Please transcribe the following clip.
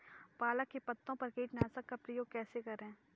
पालक के पत्तों पर कीटनाशक का प्रयोग कैसे करें?